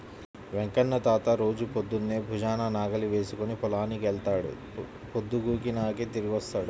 వెంకన్న తాత రోజూ పొద్దన్నే భుజాన నాగలి వేసుకుని పొలానికి వెళ్తాడు, పొద్దుగూకినాకే తిరిగొత్తాడు